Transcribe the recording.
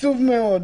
עצוב מאוד.